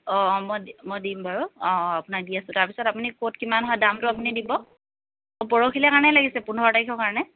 অঁ মই দিম মই দিম বাৰু অঁ অঁ আপোনাক দি আছোঁ তাৰ পিছত আপুনি ক'ত কিমান হয় দামটো আপুনি দিব পৰহিলৈ মানে লাগিছিল পোন্ধৰ তাৰিখৰ কাৰণে